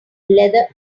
leather